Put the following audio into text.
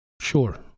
Sure